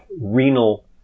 renal